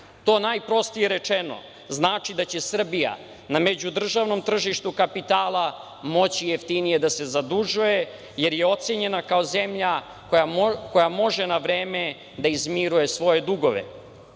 To najprostije rečeno znači da će Srbija na međudržavnom tržištu kapitala moći jeftinije da se zadužuje, jer je ocenjena kao zemlja koja može na vreme da izmiruje svoje dugove. Moći